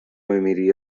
بمیری